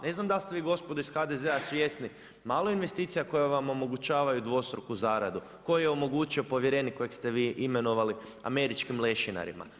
Ne znam, dal ste vi gospodo iz HDZ-a svjesni, malo je investicija koje vam omogućavaju dvostruku zaradu, koju je omogućio povjerenik kojeg ste vi imenovali američkim lešinarima.